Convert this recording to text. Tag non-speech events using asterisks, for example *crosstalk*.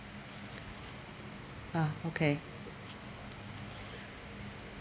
ah okay *breath*